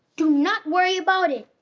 do not worry about it!